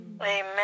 Amen